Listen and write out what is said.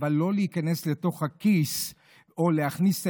אבל לא להיכנס לתוך הכיס או להכניס את